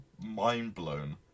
mind-blown